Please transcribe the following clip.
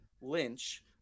lynch